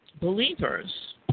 believers